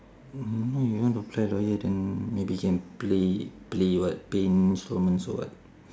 you know you know apply lawyer then maybe can play play what pay installments or what